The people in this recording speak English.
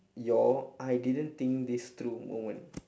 your I didn't think this through moment